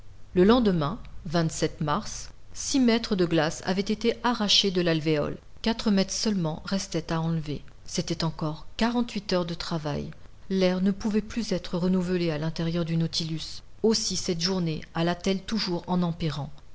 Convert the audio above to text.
le lendemain mars six mètres de glace avaient été arrachés de l'alvéole quatre mètres seulement restaient à enlever c'étaient encore quarante-huit heures de travail l'air ne pouvait plus être renouvelé à l'intérieur du nautilus aussi cette journée alla t elle toujours en empirant